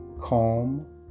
calm